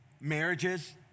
marriages